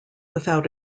without